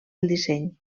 disseny